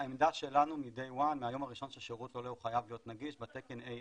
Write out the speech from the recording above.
העמדה שלנו מהיום הראשון ששירות עולה הוא חייב להיות נגיש בתקן AA,